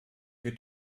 wird